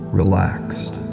relaxed